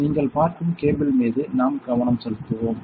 நீங்கள் பார்க்கும் கேபிள் மீது நாம் கவனம் செலுத்துவோம்